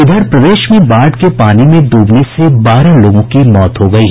इधर प्रदेश में बाढ़ के पानी में डूबने से बारह लोगों की मौत हो गयी